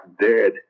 dead